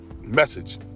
message